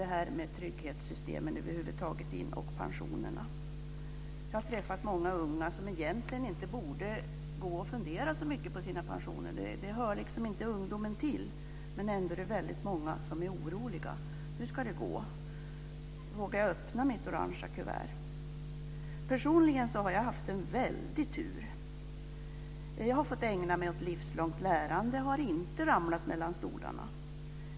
Sedan kom också detta med trygghetssystemen och pensionerna in. Jag har träffat många unga som egentligen inte borde gå och fundera så mycket på sina pensioner. Det hör liksom inte ungdomen till. Ändå är det väldigt många av dem som är oroliga. Hur ska det gå? Vågar jag öppna mitt orange kuvert? Personligen har jag haft en väldig tur. Jag har fått ägna mig åt livslångt lärande och har inte ramlat mellan stolarna.